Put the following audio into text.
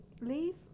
Leave